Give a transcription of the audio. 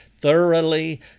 thoroughly